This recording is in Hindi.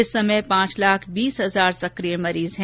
इस समय पांच लाख बीस हजार सक्रिय मरीज हैं